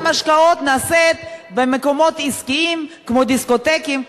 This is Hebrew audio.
המכירה של המשקאות נעשית במקומות עסקיים כמו דיסקוטקים,